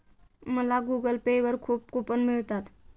मला Google Pay वर खूप कूपन मिळतात